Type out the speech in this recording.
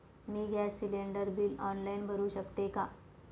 मी gas cylinder bill online भरु शकते का?